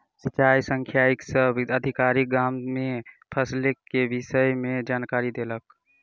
सिचाई सांख्यिकी से अधिकारी, गाम में फसिलक के विषय में जानकारी देलक